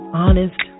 honest